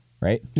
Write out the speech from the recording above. Right